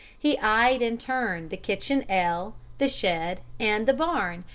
he eyed in turn the kitchen ell, the shed, and the barn,